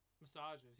Massages